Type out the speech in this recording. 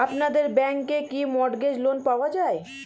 আপনাদের ব্যাংকে কি মর্টগেজ লোন পাওয়া যায়?